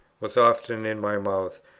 was often in my mouth,